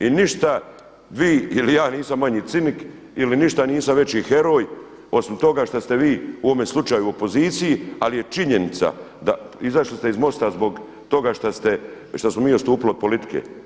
I ništa vi ili ja nisam manji cinik ili ništa nisam veći heroj osim toga što ste vi u ovome slučaju u opoziciji ali je činjenica da izašli ste iz MOST-a što smo mi odstupili od politike.